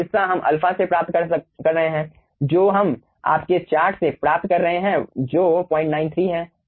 यह हिस्सा हम α से प्राप्त कर रहे हैं जो हम आपके चार्ट से प्राप्त कर रहे हैं जो 093 है